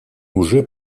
уже